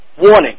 Warning